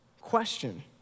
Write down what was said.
question